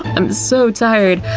i'm so tired,